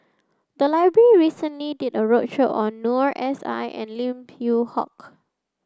the library recently did a roadshow on Noor S I and Lim Yew Hock